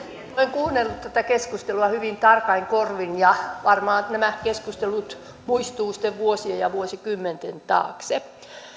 kuunnellut tätä keskustelua hyvin tarkoin korvin ja varmaan nämä keskustelut muistuvat sitten vuosien ja vuosikymmenten taakse